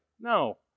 No